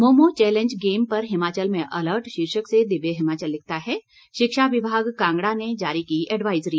momo challenge game पर हिमाचल में alert शीर्षक से दिव्य हिमाचल लिखता है शिक्षा विभाग कांगड़ा ने जारी की एडवायज़री